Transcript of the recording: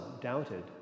doubted